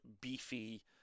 beefy